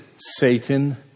Satan